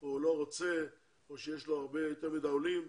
או לא רוצה או שיש לו יותר מדי עולים,